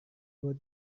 were